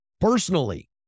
personally